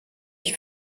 ich